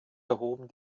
erhoben